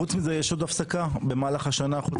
חוץ מזה יש עוד הפסקה במהלך השנה חוץ מחול המועד?